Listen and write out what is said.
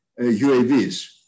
UAVs